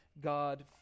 God